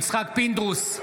יצחק פינדרוס,